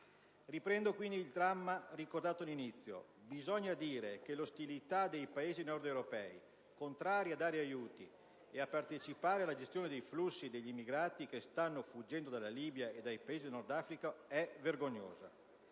Riprendendo quindi il dramma ricordato all'inizio, bisogna dire che l'ostilità dei Paesi nordeuropei, contrari a dare aiuti e a partecipare alla gestione dei flussi degli immigrati che stanno fuggendo dalla Libia e dai Paesi del Nord Africa, è vergognosa.